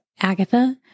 Agatha